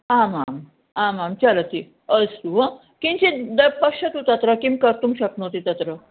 आमाम् आमां चलति अस्तु किञ्चिद् द पश्यतु तत्र किं कर्तुं शक्नोति तत्र